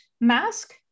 mask